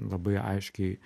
labai aiškiai